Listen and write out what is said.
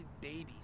babies